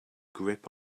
grip